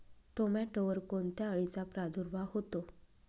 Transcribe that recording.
टोमॅटोवर कोणत्या अळीचा प्रादुर्भाव होतो?